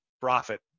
profit